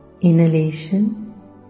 inhalation